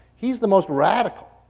he's the most radical.